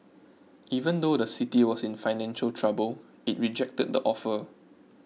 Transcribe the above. even though the city was in financial trouble it rejected the offer